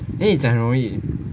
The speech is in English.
then 你讲很容易